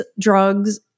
drugs